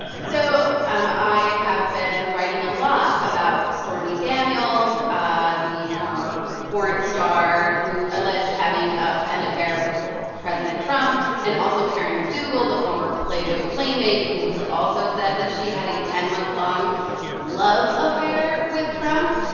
ah so um i have been writing a lot about stormy daniels, ah the former porn star who alleged having an and affair with president trump and also, karen mcdougal, the former playboy playmate who has also said that she had a ten month long love affair with trump.